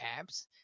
apps